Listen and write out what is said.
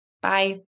Bye